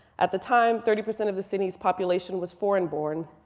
at the time thirty percent of the city's population was foreign born.